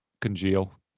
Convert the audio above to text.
congeal